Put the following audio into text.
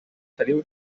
feliu